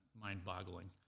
mind-boggling